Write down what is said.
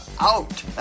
out